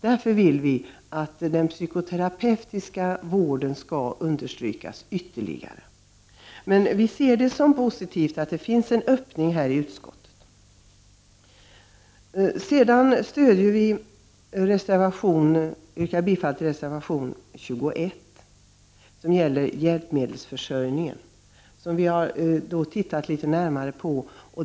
Därför vill vi att den psykoterapeutiska vården skall understrykas ytterligare — även om vi ser det som positivt att det finns en öppning i utskottet. Vidare yrkar jag bifall till reservation 21, som gäller hjälpmedelsförsörjningen. Detta har vi tittat litet närmare på.